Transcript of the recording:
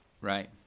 Right